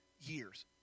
years